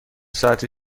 ساعت